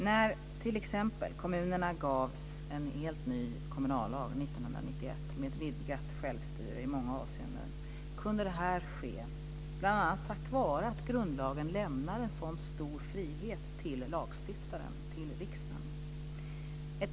När t.ex. kommunerna gavs en helt ny kommunallag 1991 med ett vidgat självstyre i många avseenden kunde det ske bl.a. tack vare att grundlagen lämnar en så stor frihet till lagstiftaren, till riksdagen.